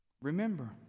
Remember